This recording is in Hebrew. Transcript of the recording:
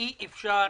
אי אפשר